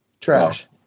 Trash